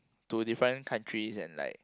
to different countries and like